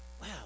wow